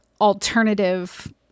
alternative